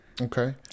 Okay